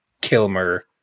Kilmer